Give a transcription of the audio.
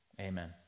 Amen